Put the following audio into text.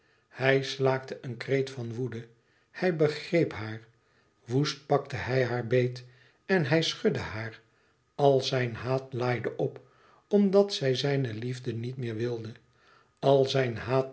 hij slaakte een kreet van woede hij begreep haar woest pakte hij haar beet en hij schudde haar al zijn haat laaide op omdat zij zijne liefde niet meer wilde al zijn haat